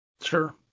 Sure